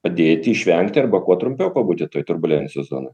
padėti išvengti arba kuo trumpiau pabūti toj turbulencijos zonoj